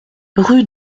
rue